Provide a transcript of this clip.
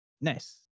Nice